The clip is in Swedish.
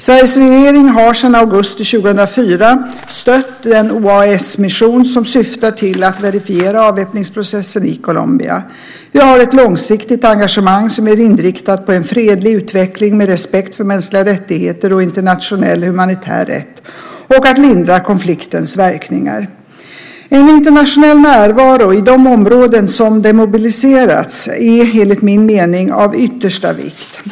Sveriges regering har sedan augusti 2004 stött den OAS-mission som syftar till att verifiera avväpningsprocessen i Colombia. Vi har ett långsiktigt engagemang som är inriktat på en fredlig utveckling med respekt för mänskliga rättigheter och internationell humanitär rätt och på att lindra konfliktens verkningar. En internationell närvaro i de områden som demobiliserats är enligt min mening av yttersta vikt.